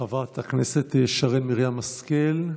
חברת הכנסת שרן מרים השכל,